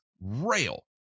rail